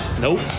Nope